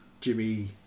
Jimmy